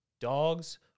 dogs